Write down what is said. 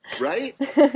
Right